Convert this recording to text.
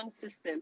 system